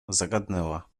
zagadnęła